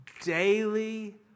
daily